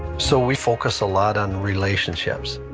so, we focus a lot on relationships,